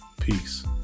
Peace